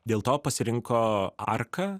dėl to pasirinko arką